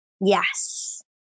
Yes